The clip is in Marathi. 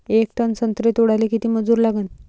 येक टन संत्रे तोडाले किती मजूर लागन?